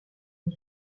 une